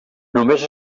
només